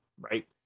right